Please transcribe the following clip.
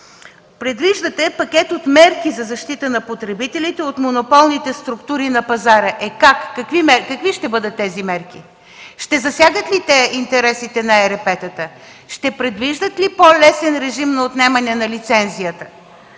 Предвиждате пакет от мерки за защита на потребителите от монополните структури на пазара. Е, какви ще бъдат тези мерки? Ще засягат ли те интересите на ЕРП-тата? Ще предвиждат ли по-лесен режим на отнемане на лицензията?